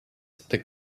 the